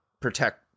protect